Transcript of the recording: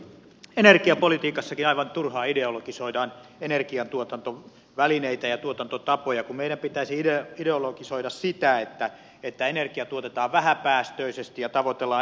energiapolitiikassakin aivan turhaan ideologisoidaan energiantuotantovälineitä ja tuotantotapoja kun meidän pitäisi ideologisoida sitä että energiaa tuotetaan vähäpäästöisesti ja tavoitellaan energiaomavaraisuutta